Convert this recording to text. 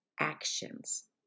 ACTIONS